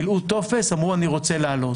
מילאו טופס, אמרו, אני רוצה לעלות.